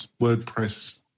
WordPress